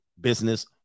business